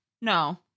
no